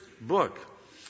book